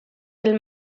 del